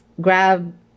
grab